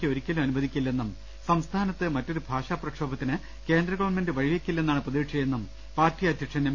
K ഒരിക്കലും അനുവ ദിക്കില്ലെന്നും സംസ്ഥാനത്ത് മറ്റൊരു ഭാഷാ പ്രക്ഷോഭത്തിന് കേന്ദ്ര ഗവൺമെന്റ് വഴിവെക്കില്ലെന്നാണ് പ്രതീക്ഷയെന്നും പാർട്ടി അധ്യക്ഷൻ എം